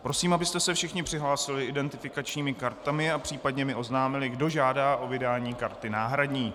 Prosím, abyste se všichni přihlásili identifikačními kartami a případně mi oznámili, kdo žádá o vydání karty náhradní.